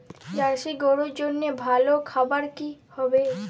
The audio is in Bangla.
জার্শি গরুর জন্য ভালো খাবার কি হবে?